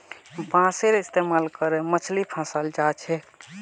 बांसेर इस्तमाल करे मछली फंसाल जा छेक